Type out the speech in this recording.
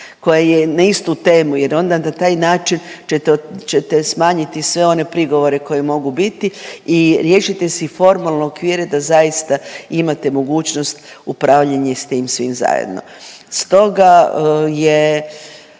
koja je na istu temu jer onda na taj način ćete, ćete smanjiti sve one prigovore koji mogu biti i riješite si formalno okvire da zaista imate mogućnost upravljanje s tim svim zajedno.